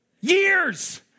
Years